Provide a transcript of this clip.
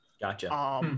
Gotcha